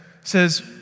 says